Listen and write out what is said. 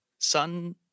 sun